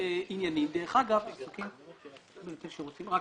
עניינים --- או